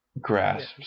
grasps